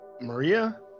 Maria